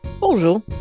Bonjour